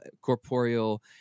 corporeal